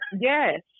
Yes